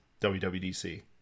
wwdc